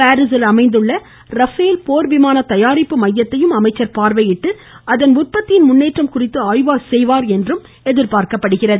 பாரிஸில் அமைந்துள்ள ரபேல் போர் விமான தயாரிப்பு மையத்தையும் அமைச்சர் பார்வையிட்டு அதன் உற்பத்தியின் முன்னேற்றம் குறித்து ஆய்வு செய்வார் என தெரிகிறது